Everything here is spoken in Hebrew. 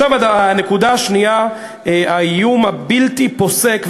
עכשיו הנקודה השנייה: האיום הבלתי פוסק,